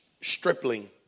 stripling